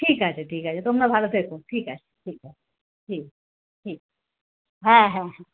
ঠিক আছে ঠিক আছে তোমরা ভালো থেকো ঠিক আছে ঠিক আছে হুম হুম হ্যাঁ হ্যাঁ হ্যাঁ